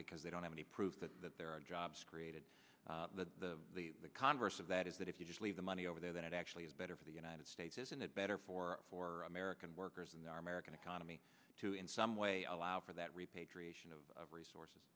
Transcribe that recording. because they don't have any proof that there are jobs created that the converse of that is that if you just leave the money over there that actually is better for the united states isn't it better for for american workers and the american economy to in some way allow for that repatriation of resources